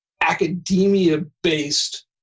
academia-based